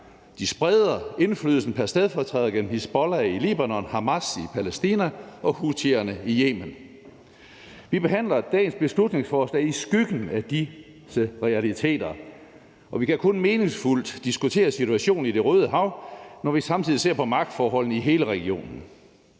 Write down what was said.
De spreder indflydelsen pr. stedfortræder gennem Hizbollah i Libanon, Hamas i Palæstina og houthierne i Yemen. Vi behandler dagens beslutningsforslag i skyggen af disse realiteter, og vi kan kun meningsfuldt diskutere situationen i Det Røde Hav, når vi samtidig ser på magtforholdene i hele regionen.